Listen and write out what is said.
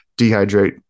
dehydrate